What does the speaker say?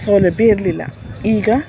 ಸೌಲಭ್ಯ ಇರಲಿಲ್ಲ ಈಗ